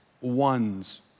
ones